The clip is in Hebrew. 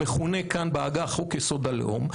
המכונה כאן בעגה חוק יסוד: הלאום,